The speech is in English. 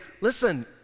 listen